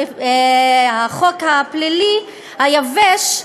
בחוק הפלילי היבש,